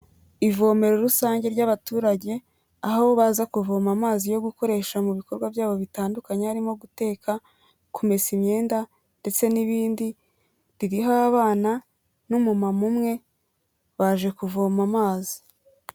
Ivomero rusange ry'abaturage aho baza kuvoma amazi yo gukoresha mu bikorwa byabo bitandukanye harimo guteka, kumesa imyenda ndetse n'ibindi ririho abana n'umumama umwe baje kuvoma amazi.